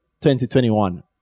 2021